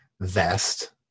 vest